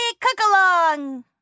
cook-along